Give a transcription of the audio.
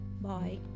Bye